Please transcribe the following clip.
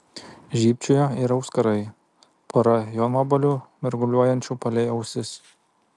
žybčiojo ir auskarai pora jonvabalių mirguliuojančių palei ausis